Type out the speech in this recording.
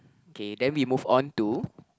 okay then we move on to